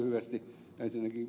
aivan lyhyesti